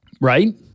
Right